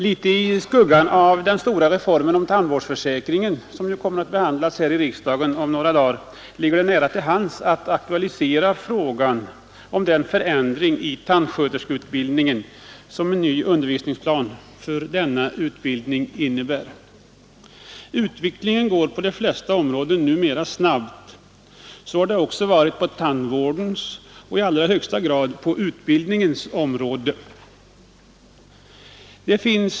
Litet i skuggan av den stora reformen om tandvårdsförsäkringen, som kommer att behandlas här i riksdagen om några dagar, ligger det nära till hands att aktualisera den förändring i tandsköterskeutbildningen som en ny undervisningsplan för denna utbildning innebär. Utvecklingen går på de flesta områden numera snabbt. Så har det också varit på tandvårdens, och i allra högsta grad på utbildningens, område.